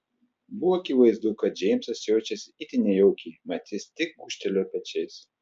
buvo akivaizdu kad džeimsas jaučiasi itin nejaukiai mat jis tik gūžtelėjo pečiais